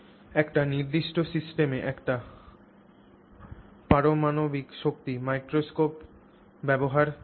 একটি নির্দিষ্ট সিস্টেমে একটি পারমাণবিক শক্তি মাইক্রোস্কোপ ব্যবহার করে